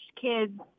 kids